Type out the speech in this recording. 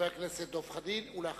חבר הכנסת דב חנין, בבקשה.